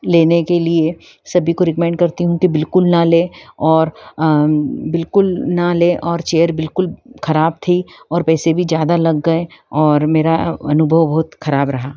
लेने के लिए सभी को रिक्मेंट करती हूँ कि बिलकुल न ले और बिलकुल न ले और चेयर बिलकुल ख़राब थी और पैसे भी ज़्यादा लग गए और मेरा अनुभव बहुत ख़राब रहा